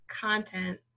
content